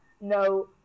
no